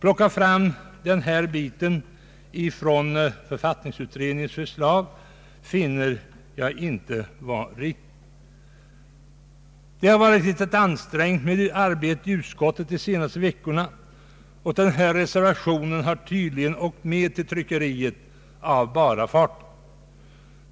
Jag anser det inte heller riktigt att plocka fram denna bit av författningsutredningens förslag. Arbetet i utskottet har under de senaste veckorna varit litet ansträngt, och den här reservationen har tydligen åkt med till tryckeriet av bara farten.